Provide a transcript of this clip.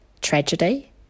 tragedy